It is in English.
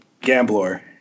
Gambler